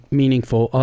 meaningful